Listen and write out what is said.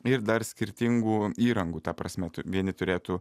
ir dar skirtingų įrangų ta prasme ta vieni turėtų